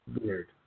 Weird